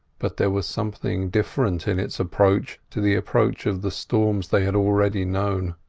but there was something different in its approach to the approach of the storms they had already known.